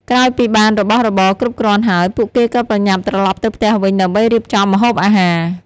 ក្រោយពីបានរបស់របរគ្រប់គ្រាន់ហើយ ពួកគេក៏ប្រញាប់ត្រឡប់ទៅផ្ទះវិញដើម្បីរៀបចំម្ហូបអាហារ។